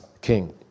King